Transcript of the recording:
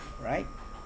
right